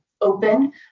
open